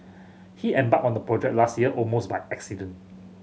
he embarked on the project last year almost by accident